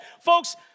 Folks